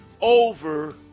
over